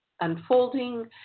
unfolding